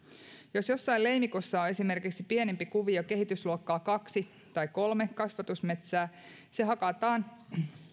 jos jossain leimikossa on esimerkiksi pienempi kuvio kehitysluokkaa kaksi tai kolme eli kasvatusmetsää se hakataan